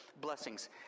blessings